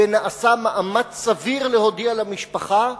ונעשה מאמץ סביר להודיע למשפחה,